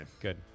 Good